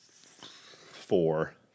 four